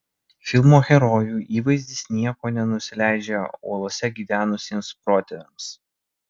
filmo herojų įvaizdis nieko nenusileidžia uolose gyvenusiems protėviams